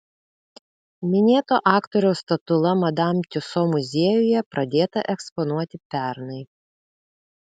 minėto aktoriaus statula madam tiuso muziejuje pradėta eksponuoti pernai